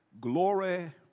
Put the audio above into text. glory